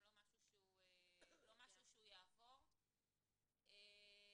עוד לא קראנו אותו,